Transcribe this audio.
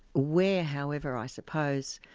where, however, i suppose,